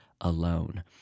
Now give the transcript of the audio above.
alone